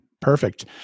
perfect